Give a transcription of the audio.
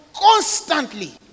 constantly